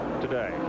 today